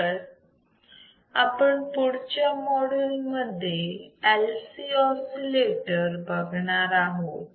तर आपण पुढच्या मॉड्यूल मध्ये LC ऑसिलेटर बघणार आहोत